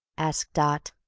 asked dot.